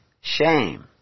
shame